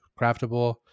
craftable